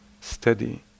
steady